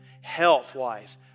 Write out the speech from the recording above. health-wise